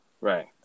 Right